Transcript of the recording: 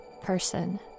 Person